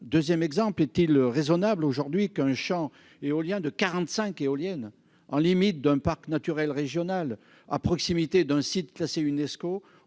2ème exemple été le raisonnable aujourd'hui qu'un Champ éolien de 45 éoliennes en limite d'un parc naturel régional à proximité d'un site classé UNESCO